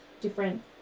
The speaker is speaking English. different